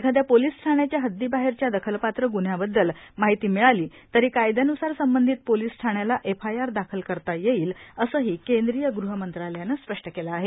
एखाद्या पोलीस ठाण्याच्या हद्दीबाहेरच्या दखलपात्र ग्न्ह्यांबद्दल माहिती मिळाली तरी कायद्यान्सार संबंधित पोलीस ठाण्याला एफआयआर दाखल करता येईल असंही केंद्रीय ग्रहमंत्रालयानं स्पष्ट केलं आहे